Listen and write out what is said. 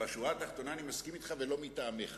בשורה התחתונה אני מסכים אתך ולא מטעמך.